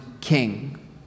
king